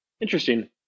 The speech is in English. Interesting